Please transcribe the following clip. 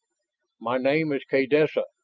my name is kaydessa,